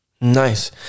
Nice